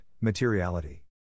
materiality